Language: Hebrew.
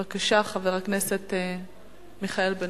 בבקשה, חבר הכנסת בן-ארי.